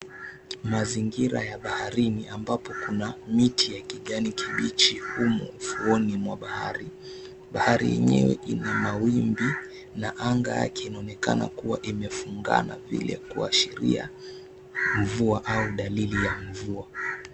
Mazingira ya baharini ambapo kuna miti ya kijani kibichi umo ufuoni mwa bahari. Bahari yenyewe ina mawimbi na anga yake inaonekana kuwa imefungana ili kuashiria mvua au dalili ya mvua.